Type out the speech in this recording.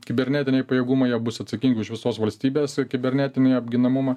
kibernetiniai pajėgumai jie bus atsakingi už visos valstybės kibernetinį apginamumą